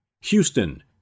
Houston